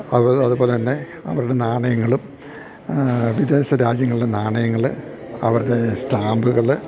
അതുപോലെ അതുപോലെ തന്നെ അവരുടെ നാണയങ്ങളും വിദേശ രാജ്യങ്ങളിലെ നാണയങ്ങള് അവരുടെ സ്റ്റാമ്പുകള്